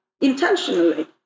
intentionally